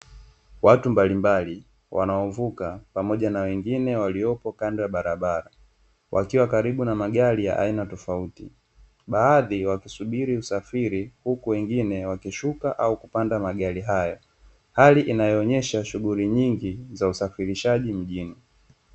Watu mbalimbali wanaovuka pamoja na wengine waliopo kando ya barabara, wakiwa karibu na magari aina tofauti baadhi wakisubiri usafiri, huku wengine wakishuka au kupanda magari hayo, hali inayoonyesha shughuli nyingi za usafirishaji mjini.